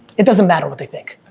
it doesn't matter what they think,